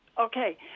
Okay